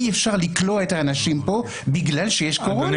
אי אפשר לכלוא את האנשים פה בגלל שיש קורונה.